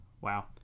Wow